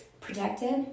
protected